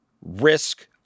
risk